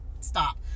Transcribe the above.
stop